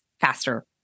faster